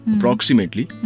Approximately